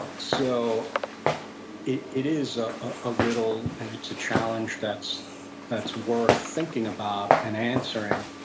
so it it is ah a riddle and it's a challenge that's that's worth thinking about and answering.